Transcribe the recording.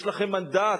יש לכם מנדט.